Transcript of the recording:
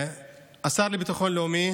השר לביטחון לאומי